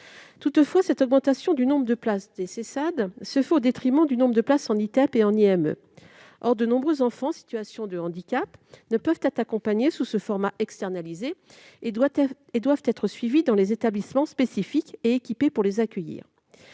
Toutefois, l'augmentation du nombre de places en Sessad se fait au détriment du nombre de places en ITEP et en IME. Or nombre d'enfants en situation de handicap ne peuvent être accompagnés dans ce format externalisé et doivent être suivis dans des établissements spécifiques et équipés pour les accueillir.